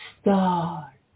star